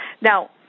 Now